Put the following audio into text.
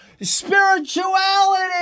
spirituality